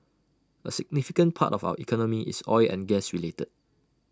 A significant part of our economy is oil and gas related